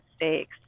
mistakes